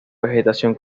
vegetación